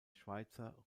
schweizer